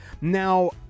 now